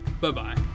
bye-bye